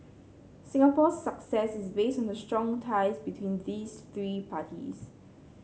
Singapore's success is based on the strong ties between these three parties